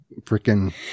freaking